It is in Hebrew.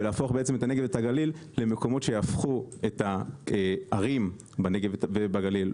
ולהפוך את הנגב ואת הגליל למקומות שיהפכו את הערים בנגב ובגליל,